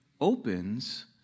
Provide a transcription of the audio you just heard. opens